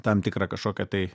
tam tikrą kažkokią tai